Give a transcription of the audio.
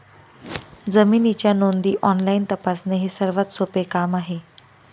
जमिनीच्या नोंदी ऑनलाईन तपासणे हे सर्वात सोपे काम आहे